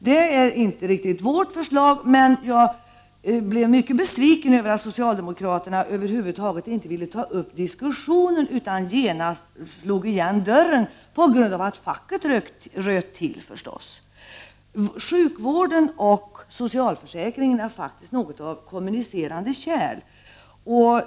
Det är inte riktigt vårt förslag, men jag blev mycket besviken över att socialdemokraterna över huvud taget inte ville ta upp diskussionen, utan genast slog igen dörren, på grund av att facket röt till, förstås. Sjukvården och socialförsäkringen är faktiskt något av kommunicerande kärl.